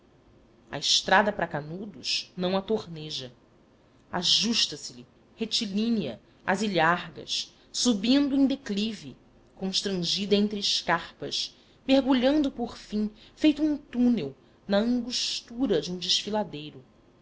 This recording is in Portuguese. a estrada para canudos não a torneja ajusta se lhe retilínea às ilhargas subindo em declive constrangida entre escarpas mergulhando por fim feito um túnel na angustura de um desfiladeiro